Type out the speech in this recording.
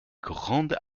grandes